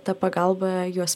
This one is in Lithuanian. ta pagalba juos